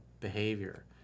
behavior